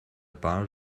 bar